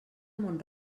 mont